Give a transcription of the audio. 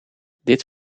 dit